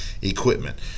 equipment